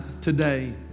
today